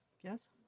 Yes